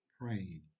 praying